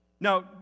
Now